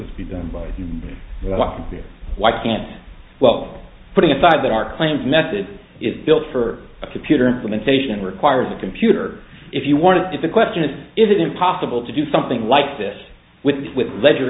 this be done by the computer why can't well putting aside that our claims method is built for a computer implementation requires a computer if you wanted to the question is is it impossible to do something like this with ledger